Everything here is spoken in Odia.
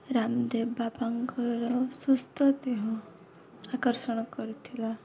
ରାମଦେବ ବାବାଙ୍କର ସୁସ୍ଥ ଦେହ ଆକର୍ଷଣ କରିଥିଲା